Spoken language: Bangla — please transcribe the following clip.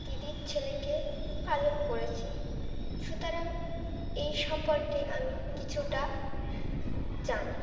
দিদির ছেলেকে পালন করেছি সুতরাং এই সম্পর্কে আমি কিছুটা জানি